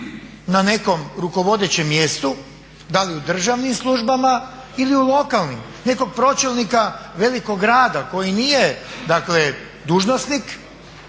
na nekom rukovodećem mjestu, da li u državnim službama ili u lokalnim, nekog pročelnika velikog grada koji nije dužnosnik,